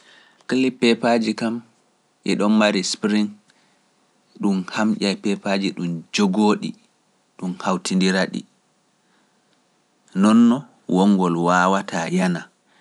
Kali peepaaji kam e ɗon mari spring ɗum hamƴa peepaaji ɗum jogooɗi, ɗum hawtindira ɗi, nonno wongol waawataa yana.